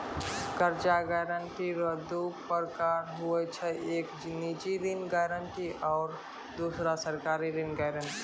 कर्जा गारंटी रो दू परकार हुवै छै एक निजी ऋण गारंटी आरो दुसरो सरकारी ऋण गारंटी